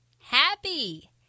happy